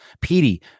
Petey